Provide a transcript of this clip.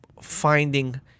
finding